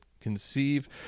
conceive